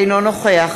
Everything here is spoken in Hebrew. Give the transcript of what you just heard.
אינו נוכח